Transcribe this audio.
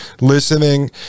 listening